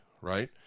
right